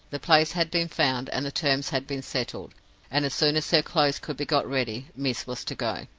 the place had been found, and the terms had been settled and as soon as her clothes could be got ready, miss was to go.